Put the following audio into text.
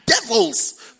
devils